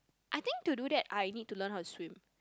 I think to do that I need to learn how to swim